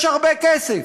יש הרבה כסף.